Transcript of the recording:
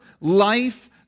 life